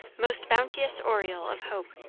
most bounteous aureole of hope,